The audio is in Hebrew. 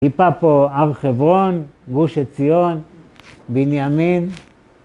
טיפה פה אב חברון, גוש עציון, בנימין